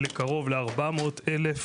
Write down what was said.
לקרוב ל-400,000